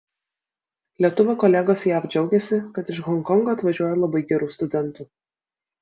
lietuvio kolegos jav džiaugiasi kad iš honkongo atvažiuoja labai gerų studentų